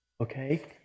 Okay